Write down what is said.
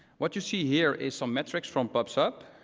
what you see here is some metrics from pub sub.